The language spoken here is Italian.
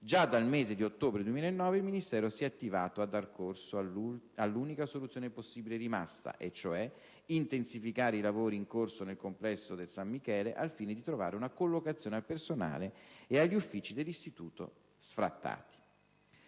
già dal mese di ottobre 2009 il Ministero si è attivato per dar corso all'unica soluzione possibile rimasta e, cioè, intensificare i lavori in corso nel Complesso del San Michele al fine di trovare una collocazione al personale ed agli uffici dell'Istituto sfrattati.